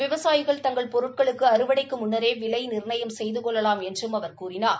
விவசாயிகள் தங்கள் பொருட்களுக்கு அறுவடைக்கு முன்னரே விலை நிர்ணயம் செய்து கொள்ளலாம் என்றும் அவர் கூறினார்